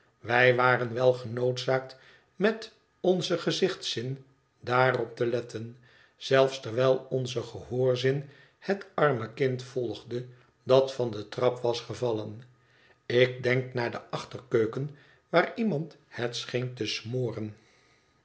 wij waren wel genoodzaakt met onzen gezichtszin daarop te letten zelfs terwijl onze gehoorzin het arme kind volgde dat van de trap was gevallen ik denk naai de achterkeuken waar iemand het scheen te smoren